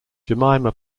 jemima